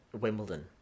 Wimbledon